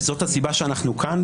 וזאת הסיבה שאנחנו כאן,